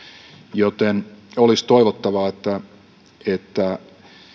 joten olisi toivottavaa että että